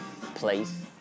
Place